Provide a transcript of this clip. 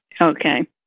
Okay